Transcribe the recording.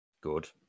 Good